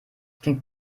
klingt